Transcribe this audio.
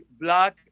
Black